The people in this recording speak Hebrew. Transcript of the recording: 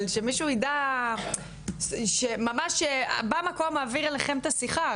אבל שמישהו יידע שממש במקום מעביר אליכם את השיחה,